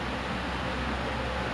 I think I might go for